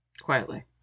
Quietly